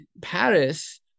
paris